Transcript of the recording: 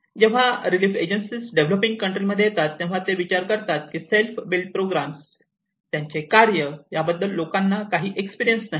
जेव्हा relief agencies developing country मध्ये येतात तेव्हा ते विचार करतात की सेल्फ बील्ट प्रोग्राम्स त्यांचे कार्य याबद्दल लोकांना काही एक्सपिरीयन्स नाही